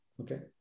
okay